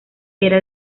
era